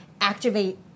activate